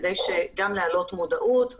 גם כדי להעלות מודעות,